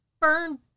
burn